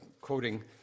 quoting